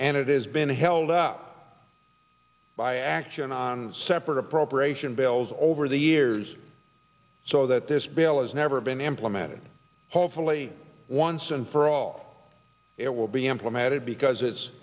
and it is been held up by action on separate appropriation bills over the years so that this bill has never been implemented hopefully once and for all it will be implemented because it's